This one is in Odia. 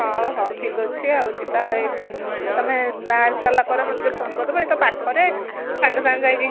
ହଉ ହଉ ଠିକ୍ଅଛି ଆଉ ଯିବା ଏଇ ତମେ ବାହାରି ସାରିଲା ପରେ ମୋତେ ଟିକିଏ ଫୋନ୍ କରିଦେବ ଏଇ ତ ପାଖରେ ସାଙ୍ଗେସାଙ୍ଗେ ଯାଇକି